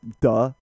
duh